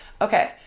Okay